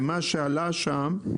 ממה שעלה שם,